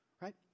Right